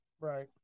right